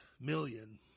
million